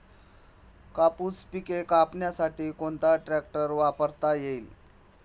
कापूस पिके कापण्यासाठी कोणता ट्रॅक्टर वापरता येईल?